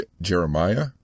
Jeremiah